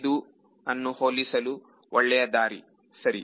ಇದು ಅನ್ನು ಹೋಲಿಸಲು ಒಳ್ಳೆಯ ದಾರಿ ಸರಿ